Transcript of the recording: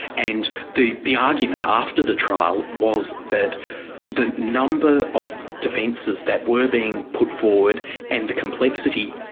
and the the argument after the trial was that the number of defences that were being put forward and the complexity,